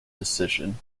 decision